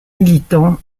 militant